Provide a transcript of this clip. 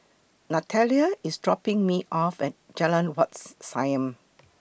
Natalia IS dropping Me off At Jalan Whats Siam